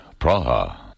Praha